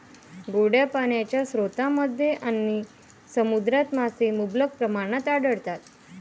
गोड्या पाण्याच्या स्रोतांमध्ये आणि समुद्रात मासे मुबलक प्रमाणात आढळतात